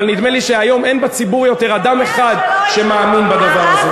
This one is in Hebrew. אבל נדמה לי שהיום אין עוד אדם אחד בציבור שמאמין בדבר הזה.